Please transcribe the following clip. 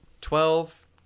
Twelve